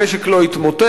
המשק לא התמוטט,